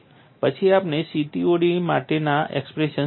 પછી આપણે CTOD માટેના એક્સપ્રેશન્સ જોયા હતા